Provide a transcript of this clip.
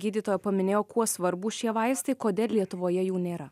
gydytoja paminėjo kuo svarbūs šie vaistai kodėl lietuvoje jų nėra